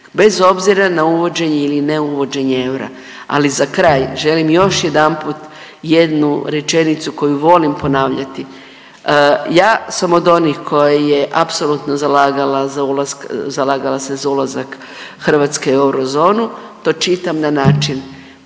bez obzira na uvođenje ili ne uvođenje eura. Ali za kraj želim još jedanput jednu rečenicu koju volim ponavljati. Ja sam od onih koji je apsolutno zalagala za, zalagala se za ulazak Hrvatske u eurozonu, to čitam na način